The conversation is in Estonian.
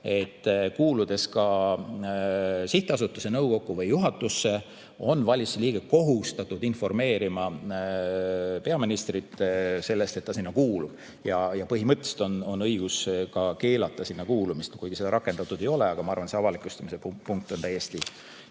et kuuludes ka sihtasutuse nõukogu juhatusse, on valitsuse liige kohustatud informeerima peaministrit sellest, et ta sinna kuulub. Põhimõtteliselt on õigus ka keelata sinna kuulumist, kuigi seda rakendatud ei ole, aga ma arvan, et see avalikustamise punkt on täiesti